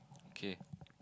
okay